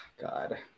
God